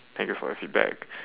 thank you for your feedback